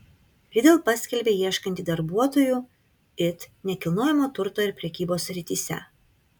lidl paskelbė ieškanti darbuotojų it nekilnojamojo turto ir prekybos srityse